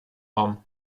raum